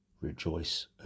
rejoice